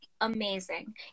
amazing